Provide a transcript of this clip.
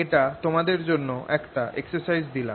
এটা তোমাদের জন্য একটা এক্সারসাইজ দিলাম